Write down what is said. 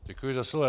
Děkuji za slovo.